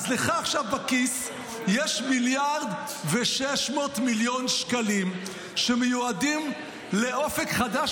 אז לך עכשיו בכיס יש 1.6מיליארד שקלים שמיועדים לאופק חדש,